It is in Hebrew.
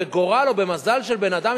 גורל או מזל של בן-אדם?